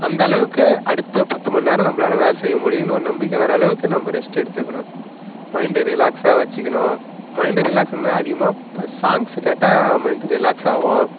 அந்தளவுக்கு அடுத்த பத்து மணி நேரம் நம்மளால வேலை செய்ய முடியும்னு ஒரு நம்பிக்கை வர்ற அளவுக்கு நம்ம ரெஸ்ட் எடுத்துக்கணும் மைண்டு ரிலாக்ஸாக வச்சுக்கணும் மைண்டு ரிலாக்ஸ் ஆகணும்னா அதிகமாக சாங்ஸ் கேட்டால் மைண்டு ரிலாக்ஸ் ஆகும்